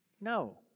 No